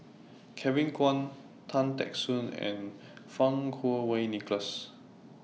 Kevin Kwan Tan Teck Soon and Fang Kuo Wei Nicholas